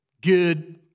good